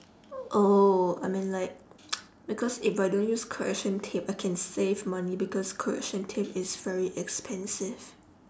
oh I mean like because if I don't use correction tape I can save money because correction tape is very expensive